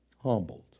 Humbled